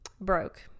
broke